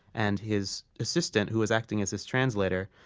and his assistant, who was acting as his translator,